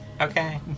Okay